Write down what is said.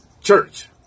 Church